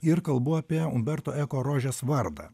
ir kalbu apie umberto eko rožės vardą